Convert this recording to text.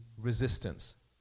resistance